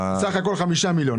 סך הכול חמישה מיליון.